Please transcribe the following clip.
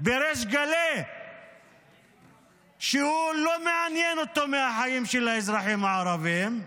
בריש גלי שלא מעניינים אותו החיים של האזרחים הערבים,